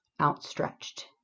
outstretched